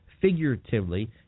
figuratively